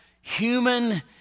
human